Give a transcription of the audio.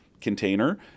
container